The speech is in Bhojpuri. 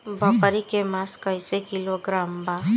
बकरी के मांस कईसे किलोग्राम बा?